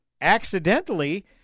accidentally